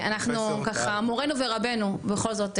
מורינו ורבינו בכל זאת,